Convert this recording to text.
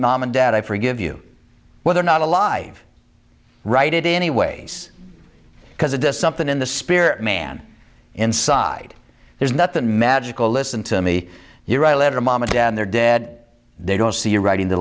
mom and dad i forgive you whether or not alive write it anyways because it does something in the spirit man inside there's nothing magical listen to me you write a letter mom and dad they're dead they don't see you writing the